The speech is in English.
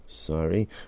Sorry